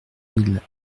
mille